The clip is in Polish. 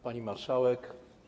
Pani Marszałek!